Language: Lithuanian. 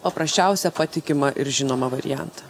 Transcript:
paprasčiausią patikimą ir žinomą variantą